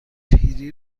پیری